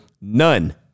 none